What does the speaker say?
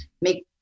make